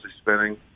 spinning